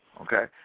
okay